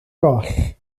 goll